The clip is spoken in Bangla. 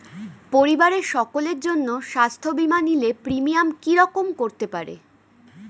পরিবারের সকলের জন্য স্বাস্থ্য বীমা নিলে প্রিমিয়াম কি রকম করতে পারে?